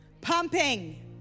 Pumping